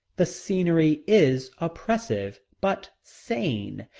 the scenery is oppressive, but sane,